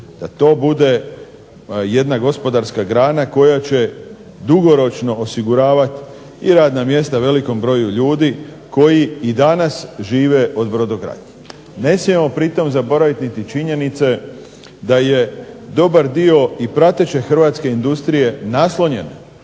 da to bude jedna gospodarska grana koja će dugoročno osiguravati i radna mjesta velikom broju ljudi, koji i danas žive od brodogradnje. Ne smijemo pritom zaboraviti niti činjenice da je dobar dio i prateće hrvatske industrije naslonjen